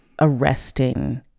arresting